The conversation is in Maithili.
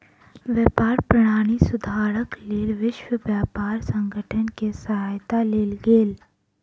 व्यापार प्रणाली सुधारक लेल विश्व व्यापार संगठन के सहायता लेल गेल